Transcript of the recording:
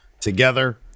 together